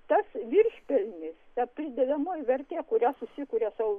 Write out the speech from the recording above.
tas viršpelnis ta pridedamoji vertė kurią susikuria sau